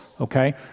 okay